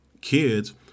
kids